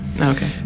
Okay